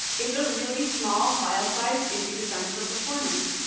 it's a really small file size if you design for performance.